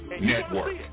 Network